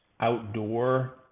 outdoor